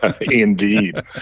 Indeed